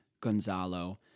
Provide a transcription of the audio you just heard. Gonzalo